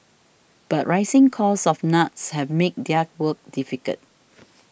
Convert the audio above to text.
but rising costs of nuts have made their work difficult